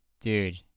Dude